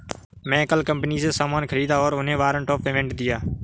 मैं कल कंपनी से सामान ख़रीदा और उन्हें वारंट ऑफ़ पेमेंट दिया